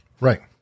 Right